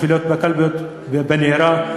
בשביל להיות בקלפיות במהרה.